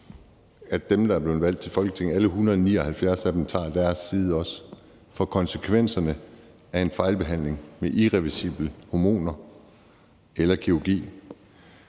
at dem, der er blevet valgt til Folketinget – alle 179 – også tager deres side, for konsekvenserne er en irreversibel fejlbehandling med hormoner eller kirurgi,